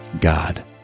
God